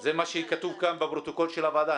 --- זה מה שכתוב כאן בפרוטוקול של הוועדה.